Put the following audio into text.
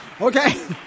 okay